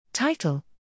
Title